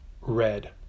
red